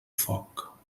foc